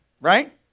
Right